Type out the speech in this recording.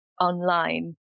online